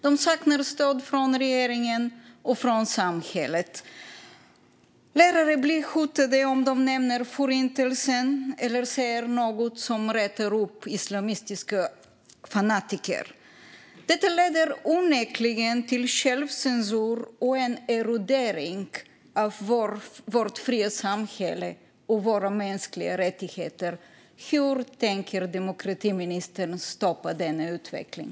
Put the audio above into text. De saknar stöd från regeringen och från samhället. Lärare blir hotade om de nämner Förintelsen eller säger något som retar upp islamistiska fanatiker. Detta leder onekligen till självcensur och en erodering av vårt fria samhälle och våra mänskliga rättigheter. Hur tänker demokratiministern stoppa denna utveckling?